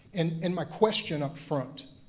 and and my question up front,